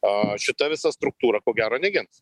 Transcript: a šita visa struktūra ko gero negins